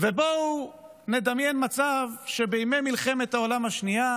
ובואו נדמיין מצב שבימי מלחמת העולם השנייה